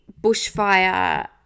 bushfire